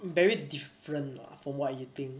very different [what] from what you think